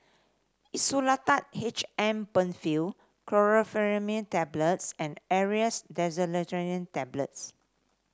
Insulatard H M Penfill Chlorpheniramine Tablets and Aerius Tablets